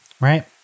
right